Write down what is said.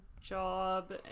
job